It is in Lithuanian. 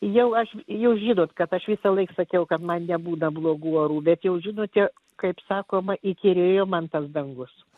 jau aš jūs žinot kad aš visą laik sakiau kad man nebūna blogų orų bet jau žinote kaip sakoma įkyrėjo man tas dangus